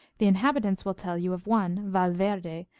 the inhabitants will tell you of one valverde,